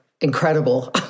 incredible